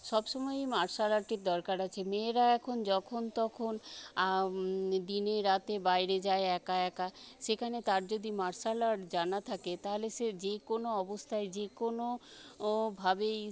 সব সময়ই মার্শাল আর্টের দরকার আছে মেয়েরা এখন যখন তখন দিনে রাতে বাইরে যায় একা একা সেখানে তার যদি মার্শাল আর্ট জানা থাকে তাহলে সে যে কোনো অবস্থায় যে কোনোভাবেই